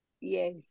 Yes